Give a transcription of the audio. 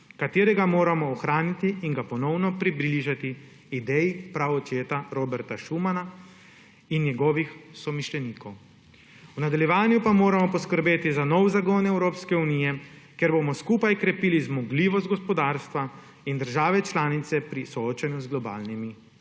ki ga moramo ohraniti in ga ponovno približati ideji praočeta Roberta Schumana in njegovih somišljenikov. V nadaljevanju pa moramo poskrbeti za nov zagon Evropske unije, kjer bomo skupaj krepili zmogljivost gospodarstva, in države članice pri soočanju z globalnimi krizami.